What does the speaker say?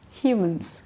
humans